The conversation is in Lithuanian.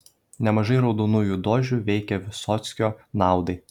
nemažai raudonųjų dožų veikė vysockio naudai